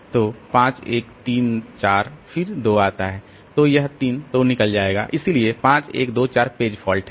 तो 5 1 3 4 फिर 2 आता है तो यह 3 तो निकल जाएगा इसलिए 5 1 2 4 पेज फॉल्ट है